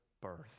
birth